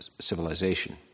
civilization